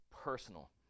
personal